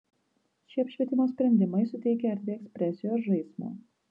šie apšvietimo sprendimai suteikia erdvei ekspresijos žaismo